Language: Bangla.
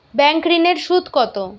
ব্যাঙ্ক ঋন এর সুদ কত?